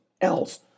else